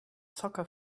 soccer